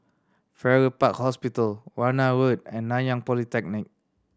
Farrer Park Hospital Warna Road and Nanyang Polytechnic